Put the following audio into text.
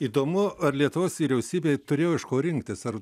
įdomu ar lietuvos vyriausybė turėjo iš ko rinktis ar